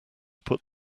put